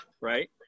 right